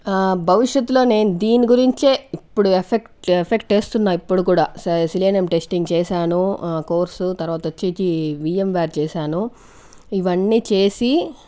భవిషత్తులో నేను దీనిగురించి ఇప్పుడు ఎఫెక్ట్ ఎఫెక్ట్ చేస్తున్నా ఇప్పుడు కూడా సె సెలీనియమ్ టెస్టింగ్ చేసాను కోర్సు తరువాత వచ్చేసి విఎంవార్ చేసాను ఇవన్నీ చేసి